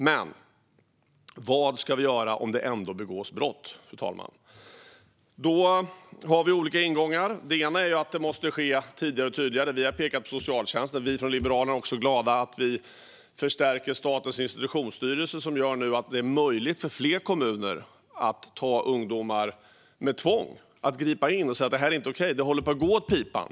Men, fru talman, vad ska vi göra om det ändå begås brott? Då har vi olika ingångar. Det ena är att det måste ske insatser tidigare och tydligare. Vi har pekat på socialtjänsten. Vi från Liberalerna är också glada över att Statens institutionsstyrelse nu förstärks, som nu gör att det är möjligt för fler kommuner att gripa in mot ungdomar med tvång och säga att det är inte är okej och att det håller på att gå åt pipan.